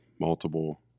multiple